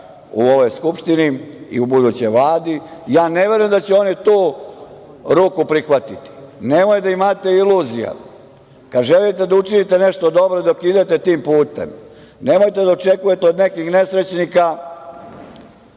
u ovoj Skupštini i u budućoj Vladi prihvatiti. Nemojte da imate iluzija. Kada želite da učinite nešto dobro dok idete tim putem, nemojte da očekujete od nekih nesrećnika